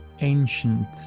ancient